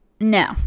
No